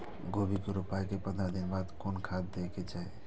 गोभी के रोपाई के पंद्रह दिन बाद कोन खाद दे के चाही?